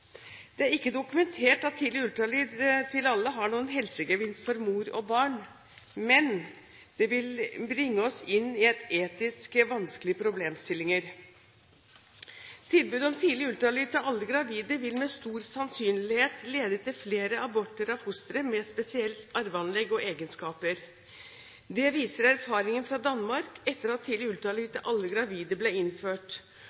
Det er ikke dokumentert at tidlig ultralyd til alle har noen helsegevinst for mor og barn, men det vil bringe oss inn i etisk vanskelige problemstillinger. Tilbud om tidlig ultralyd til alle gravide vil med stor sannsynlighet lede til flere aborter av fostre med spesielle arveanlegg og egenskaper. Det viser erfaringen fra Danmark etter at